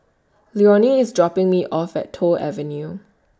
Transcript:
Leonie IS dropping Me off At Toh Avenue